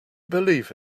believe